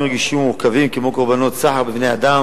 רגישים ומורכבים כמו קורבנות סחר בבני-אדם,